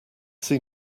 see